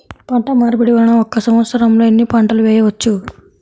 పంటమార్పిడి వలన ఒక్క సంవత్సరంలో ఎన్ని పంటలు వేయవచ్చు?